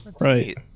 right